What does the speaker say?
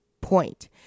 point